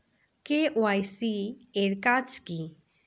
KYC এর কাজ কি?